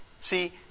See